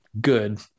good